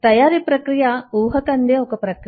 తయారీ ప్రక్రియ ఊహకు అందే ఒక ప్రక్రియ